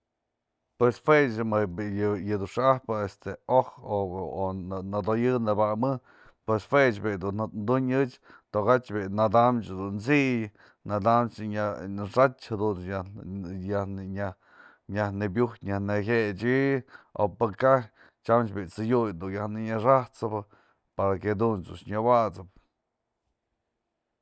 Pues jue ech bi'i yë du xa'ajpë oj o nëdoyë nëba'amë pues jue bi'i dun du'unyë ech toka'atyë bi'i nadamchë du'u tsi'iyë, nadamchë xa'achë nyaj në piuj nyaj nëjetsy o pë ka'aj tyam bë tsë'ëdyutë nyaj ninyaxäj t'sëpë para que jadun dun nyawa'asëp.